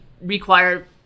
require